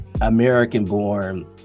american-born